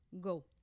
go